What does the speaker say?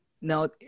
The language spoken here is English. now